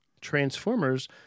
Transformers